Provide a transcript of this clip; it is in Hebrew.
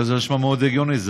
זה נשמע מאוד הגיוני, זה